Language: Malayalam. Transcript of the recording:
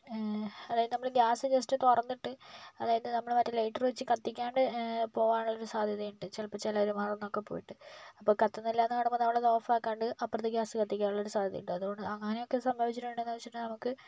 അതായത് നമ്മൾ ഗ്യാസ് ജസ്റ്റ് തുറന്നിട്ട് അതായത് നമ്മൾ മറ്റേ ലൈറ്റർ വെച്ച് കത്തിക്കാണ്ട് പോകാനുള്ള ഒരു സാദ്ധ്യത ഉണ്ട് ചിലപ്പം ചിലർ മറന്നൊക്കെ പോയിട്ട് അപ്പം കത്തുന്നില്ല എന്ന് കാണുമ്പോൾ നമ്മളത് ഓഫാക്കാണ്ട് അപ്പുറത്തെ ഗ്യാസ് കത്തിക്കാനുള്ള ഒരു സാദ്ധ്യത ഉണ്ട് അതുകൊണ്ട് അങ്ങനെ ഒക്കെ സംഭവിച്ചിട്ടുണ്ടെന്ന് വെച്ചിട്ടുണ്ടെങ്കിൽ നമുക്ക്